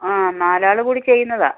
ആ നാലാള് കൂടി ചെയ്യുന്നതാണ്